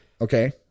Okay